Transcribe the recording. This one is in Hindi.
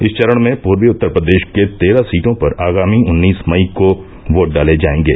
इस चरण में पूर्वी उत्तर प्रदेष के तेरह सीटों पर आगामी उन्नीस मई को वोट डाले जायेंगे